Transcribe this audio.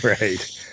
Right